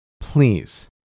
please